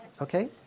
Okay